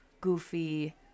goofy